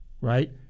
right